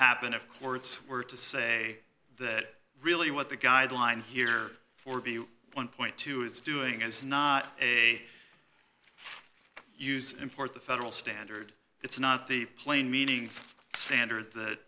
happen if courts were to say that really what the guideline here for one point two is doing is not a use enforce the federal standard it's not the plain meaning standard that